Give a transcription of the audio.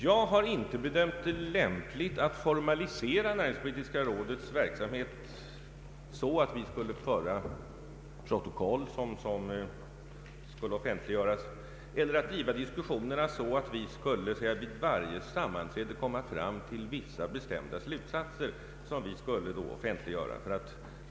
Jag har inte bedömt det lämpligt att formalisera = näringspolitiska rådets verksamhet så att där skulle föras protokoll, som skulle offentliggöras, eller driva diskussionerna så, att rådet vid varje sammanträde skulle komma fram till vissa bestämda slutsatser, vilka skulle offentliggöras.